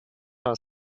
her